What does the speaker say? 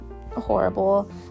horrible